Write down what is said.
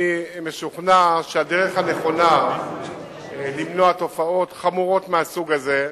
אני משוכנע שהדרך הנכונה למנוע תופעות חמורות מהסוג הזה,